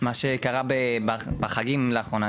מה שקרה בחגים לאחרונה,